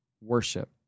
worship